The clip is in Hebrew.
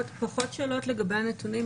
פחות שאלות לגבי הנתונים.